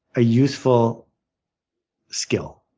a useful skill.